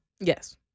Yes